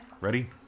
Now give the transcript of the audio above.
ready